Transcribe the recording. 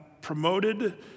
promoted